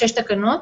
שש תקנות.